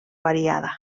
variada